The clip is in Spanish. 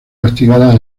castigada